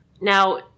Now